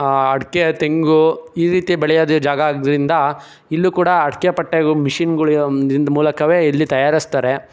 ಅಡಕೆ ತೆಂಗು ಈ ರೀತಿ ಬೆಳೆಯೋದು ಜಾಗ ಆಗಿದ್ರಿಂದ ಇಲ್ಲೂ ಕೂಡ ಅಡಕೆಪಟ್ಟೆಗಳು ಮೆಷೀನ್ಗಳು ದಿಂದ ಮೂಲಕವೇ ಇಲ್ಲಿ ತಯಾರ್ಸ್ತಾರೆ